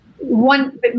One